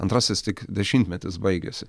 antrasis tik dešimtmetis baigėsi